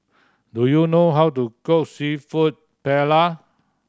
do you know how to cook Seafood Paella